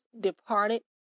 departed